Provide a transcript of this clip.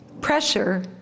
Pressure